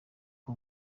nko